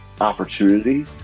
opportunity